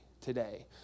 today